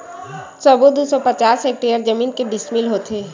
सबो दू सौ पचास हेक्टेयर जमीन के डिसमिल होथे?